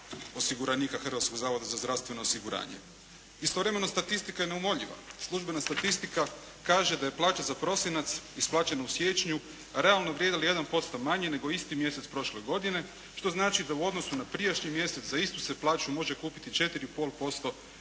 Hrvatskog zavoda za zdravstveno osiguranje. Istovremeno statistika je neumoljiva. Službena statistika kaže da je plaća za prosinac isplaćena u siječnju realno vrijedila 1% manje nego isti mjesec prošle godine što znači da u odnosu na prijašnji mjesec za istu se plaću može kupiti 4,5%